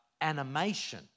animation